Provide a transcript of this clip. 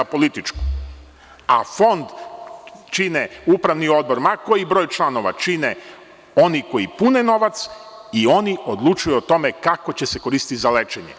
A fond čine upravni odbor, ma koji broj članova, čine oni koji pune novac i oni odlučuju o tome kako će se koristiti za lečenje.